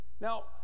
Now